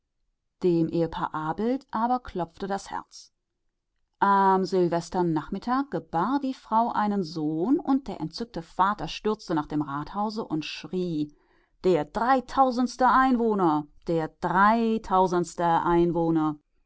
abelt aber klopfte das herz am silvesternachmittag gebar die frau einen sohn und der entzückte vater stürzte nach dem rathause und schrie der dreitausendste einwohner der dreitausendste